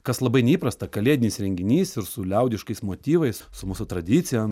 kas labai neįprasta kalėdinis renginys ir su liaudiškais motyvais su mūsų tradicijom